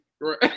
Right